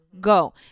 go